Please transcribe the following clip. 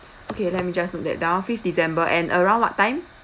okay let me just note that down fifth december and around what time